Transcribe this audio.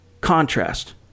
contrast